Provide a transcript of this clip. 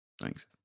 Thanks